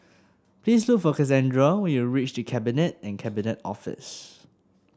please look for Casandra when you reach The Cabinet and Cabinet Office